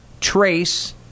trace